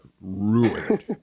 ruined